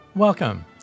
Welcome